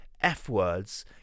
F-words